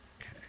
Okay